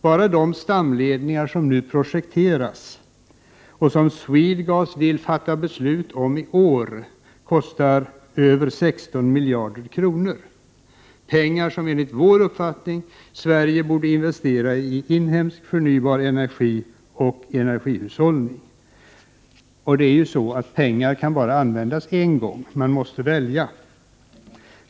Bara de stamledningar som nu projekteras och som Swedgas vill fatta beslut om i år kostar över 16 miljarder kronor. Pengar som enligt vår uppfattning borde investeras i inhemsk förnybar energi och energihushållning. Pengar kan ju bara användas en gång. Man måste välja.